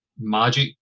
magic